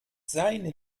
seine